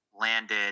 landed